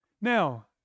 Now